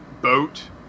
boat